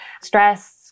Stress